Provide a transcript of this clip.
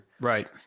Right